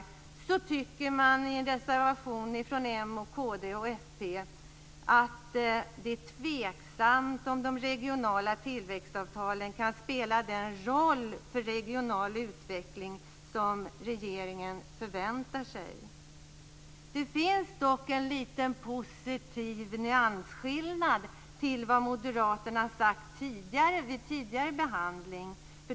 Trots det tycker man i en reservation från m, kd och fp att det är tveksamt om de regionala tillväxtavtalen kan spela den roll för regional utveckling som regeringen förväntar sig. Det finns dock en positiv nyansskillnad i förhållande till vad Moderaterna har sagt vid tidigare behandling.